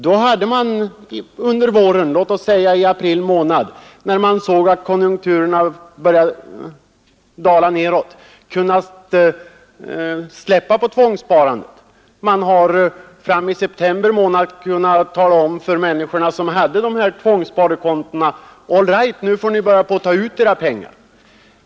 Då hade man under våren, låt oss säga i april månad, när man såg att konjunkturerna började dala nedåt, kunnat släppa på tvångssparandet. Man hade i september månad kunnat säga till de människor som hade de här tvångssparandekontona: All right, nu får ni ta ut era pengar.